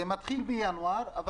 זה מתחיל בינואר.